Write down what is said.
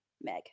Meg